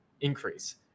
increase